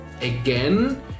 again